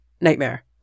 nightmare